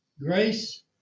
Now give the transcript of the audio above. Grace